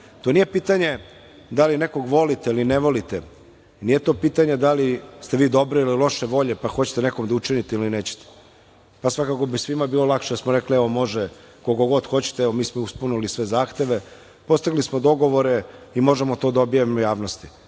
To nije pitanje da li nekog volite ili ne volite. Nije to pitanje da li ste vi dobre ili loše volje, pa hoćete nekom da učinite ili nećete. Svakako bi svima bilo lakše da smo rekli - evo, može, koliko god hoćete, mi smo ispunili sve zahteve, postigli smo dogovore i možemo to da objavimo javnosti. Mi